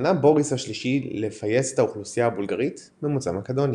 פנה בוריס השלישי לפייס את האוכלוסייה הבולגרית ממוצא מקדוני.